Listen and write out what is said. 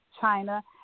China